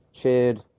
cheered